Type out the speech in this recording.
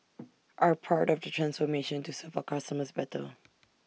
are part of the transformation to serve our customers better